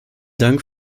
dank